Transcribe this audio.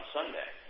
Sunday